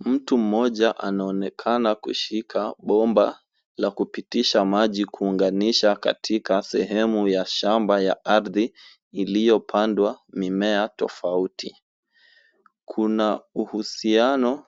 Mtu mmoja anaonekana kushika bomba la kupitisha maji kuunganisha katika sehemu ya shamba ya ardhi iliyopandwa mimea tofauti. Kuna uhusiano